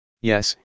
Yes